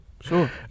Sure